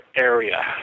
area